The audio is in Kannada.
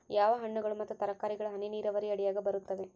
ಯಾವ ಹಣ್ಣುಗಳು ಮತ್ತು ತರಕಾರಿಗಳು ಹನಿ ನೇರಾವರಿ ಅಡಿಯಾಗ ಬರುತ್ತವೆ?